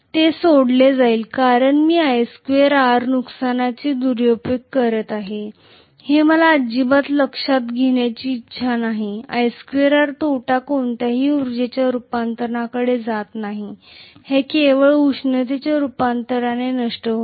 ते सोडले जाईल कारण मी i2R नुकसानीचा दुरुपयोग करीत आहे हे मला अजिबात लक्षात घेण्याची इच्छा नाही i2R तोटा कोणत्याही ऊर्जेच्या रूपांतरणाकडे जात नाही हे केवळ उष्णतेच्या स्वरूपात नष्ट होते